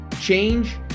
Change